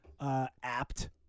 apt